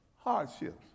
Hardships